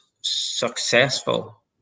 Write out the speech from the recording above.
successful